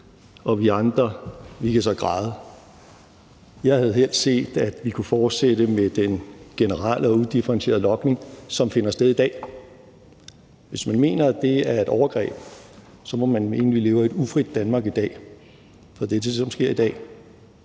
og vi andre kan græde. Jeg havde helst set, at vi kunne fortsætte med den generelle og udifferentierede logning, som finder sted i dag. Hvis man mener, at det er et overgreb, må man mene, at vi lever i et ufrit Danmark i dag, for det er det, der sker i dag.